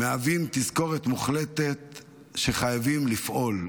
מהווים תזכורת מוחלטת שחייבים לפעול.